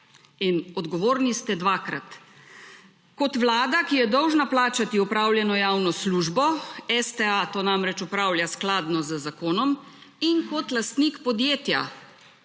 in odgovorni ste dvakrat kot vlada, ki je dolžna plačati opravljeno javno službo, STA to namreč opravlja skladno z zakonom in kot lastnik podjetja,